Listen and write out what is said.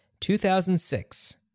2006